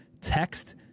Text